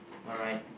alright